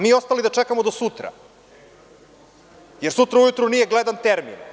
Mi ostali da čekamo do sutra, jer sutra ujutru nije gledan termin.